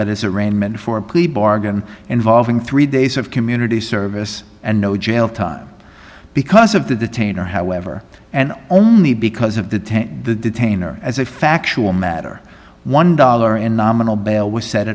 arraignment for a plea bargain involving three days of community service and no jail time because of the detain or however and only because of the detain or as a factual matter one dollar and nominal bail was set